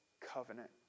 covenant